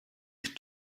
could